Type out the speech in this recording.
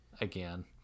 again